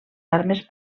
armes